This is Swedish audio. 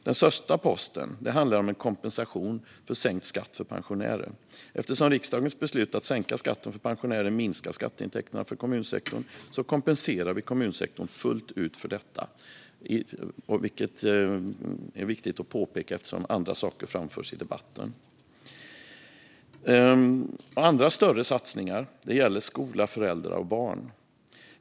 Den största posten handlar om en kompensation för sänkt skatt för pensionärer. Eftersom riksdagens beslut om att sänka skatten för pensionärer minskar skatteintäkterna för kommunsektorn kompenserar vi kommunsektorn fullt ut för detta. Det är viktigt att påpeka eftersom andra saker framförs i debatten. Andra större satsningar gäller skola, föräldrar och barn.